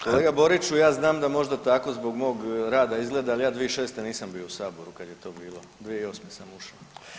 Kolega Boriću ja znam da možda tako zbog mog rada izgleda ali ja 2006. nisam bio u saboru kad je to bilo, 2008. sam ušao.